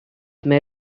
may